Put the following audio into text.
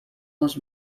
les